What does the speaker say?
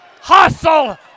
hustle